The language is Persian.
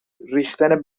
ریختن